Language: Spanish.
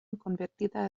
convertida